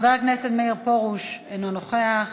חבר הכנסת מאיר פרוש, אינו נוכח,